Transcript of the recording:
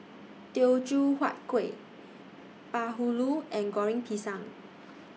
Teochew Huat Kuih Bahulu and Goreng Pisang